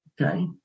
Okay